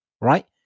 Right